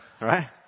right